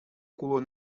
color